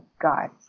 God